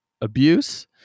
abuse